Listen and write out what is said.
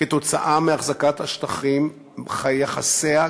כתוצאה מהחזקת השטחים יחסיה,